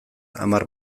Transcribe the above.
hamar